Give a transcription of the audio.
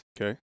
Okay